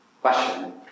question